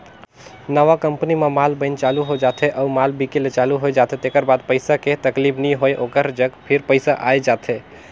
नवा कंपनी म माल बइन चालू हो जाथे अउ माल बिके ले चालू होए जाथे तेकर बाद पइसा के तकलीफ नी होय ओकर जग फेर पइसा आए जाथे